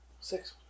Six